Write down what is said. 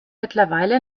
mittlerweile